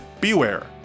beware